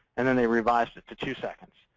and then they revised it to two seconds.